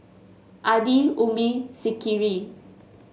Adi Ummi Zikri